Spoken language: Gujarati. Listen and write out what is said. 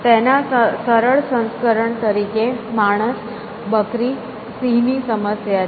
તેના સરળ સંસ્કરણ તરીકે માણસ બકરી સિંહની સમસ્યા છે